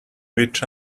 which